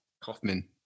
Kaufman